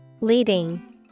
Leading